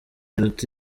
iruta